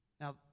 Now